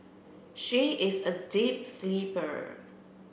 she is a deep sleeper